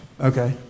Okay